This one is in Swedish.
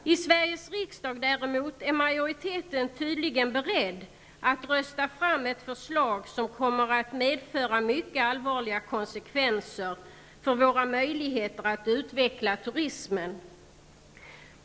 I Sveriges riksdag däremot är majoriteten tydligen beredd att rösta fram ett förslag som kommer att medföra mycket allvarliga konsekvenser för våra möjligheter att utveckla turismen.